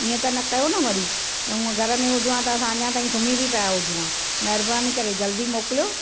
ईअं त न कयो न वरी ऐं हूंअं घर में हुजूं हुआ त अञा ताईं असां सुम्ही बि पिया हुजूं हा महिरबानी करे जल्दी मोकिलियो